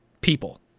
people